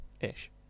ish